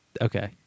Okay